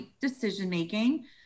decision-making